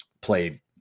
play